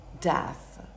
death